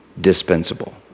dispensable